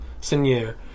Seigneur